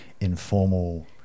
informal